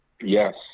Yes